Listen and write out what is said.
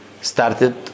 started